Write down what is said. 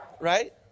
Right